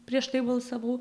prieš tai balsavau